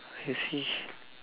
I see